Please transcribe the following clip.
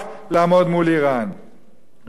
רבותי, אנחנו צריכים לדעת, כיהודים מאמינים,